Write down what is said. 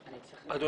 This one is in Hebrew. אני